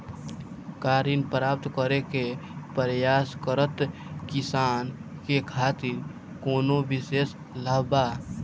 का ऋण प्राप्त करे के प्रयास करत किसानन के खातिर कोनो विशेष लाभ बा